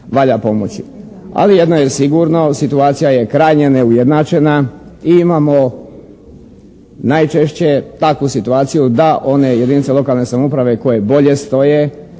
Ali jedno je sigurno. Situacija je krajnje neujednačena i imamo najčešće takvu situaciju da one jedinice lokalne samouprave koje bolje stoje,